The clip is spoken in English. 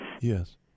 Yes